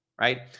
right